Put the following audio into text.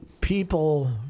people